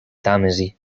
tàmesi